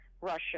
Russia